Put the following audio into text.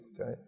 okay